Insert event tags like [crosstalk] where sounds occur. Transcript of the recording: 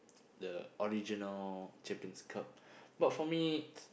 [noise] the original Champions-Cup [breath] but for me [noise]